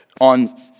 On